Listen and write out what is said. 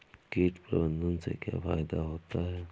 कीट प्रबंधन से क्या फायदा होता है?